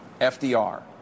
FDR